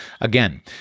Again